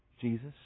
Jesus